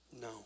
No